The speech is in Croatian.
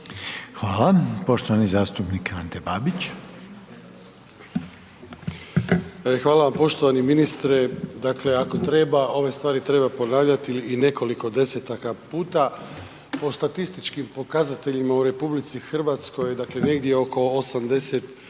Hvala. Poštovani zastupnik Ante Babić. **Babić, Ante (HDZ)** Hvala vam poštovani ministre. Dakle ako treba, ove stvari treba ponavljati i nekoliko desetaka puta. Po statističkim pokazateljima u RH dakle negdje oko 80